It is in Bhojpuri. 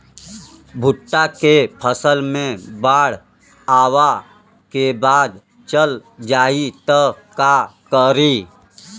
भुट्टा के फसल मे बाढ़ आवा के बाद चल जाई त का करी?